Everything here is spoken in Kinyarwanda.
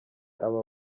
aba